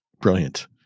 Brilliant